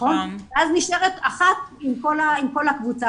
אז נשארת אחת עם כל הקבוצה,